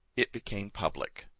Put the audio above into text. it became public.